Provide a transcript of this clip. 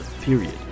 period